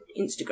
Instagram